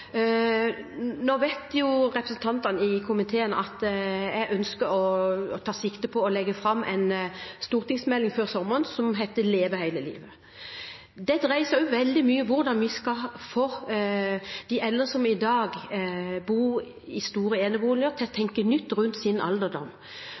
Representantene i komiteen vet at jeg tar sikte på å legge fram en stortingsmelding før sommeren som heter «Leve hele livet». Det dreier seg veldig mye om hvordan vi skal få de eldre som i dag bor i store eneboliger, til å